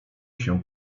się